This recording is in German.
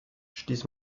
stieß